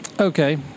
Okay